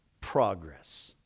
progress